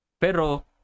Pero